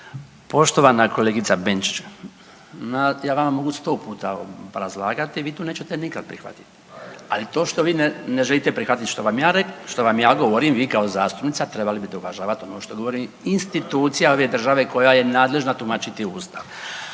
Poštovana kolegice Benčić, ja vama mogu sto puta obrazlagati, vi to nećete nikad prihvatiti, ali to što vi ne želite prihvatiti što vam ja govorim, vi kao zastupnica trebali bite uvažavat ono što govori institucija ove države koja je nadležna tumačiti ustav.